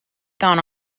gone